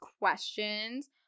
questions